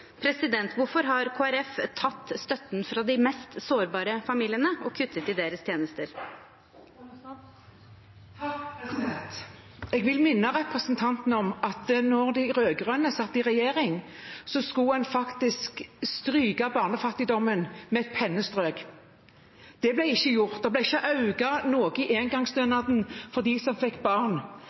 Hvorfor har Kristelig Folkeparti tatt støtten fra de mest sårbare familiene og kuttet i deres tjenester? Jeg vil minne representanten om at da de rød-grønne satt i regjering, skulle man faktisk stryke barnefattigdommen med et pennestrøk. Det ble ikke gjort. Det ble ikke økt noe i engangsstønaden for dem som fikk barn.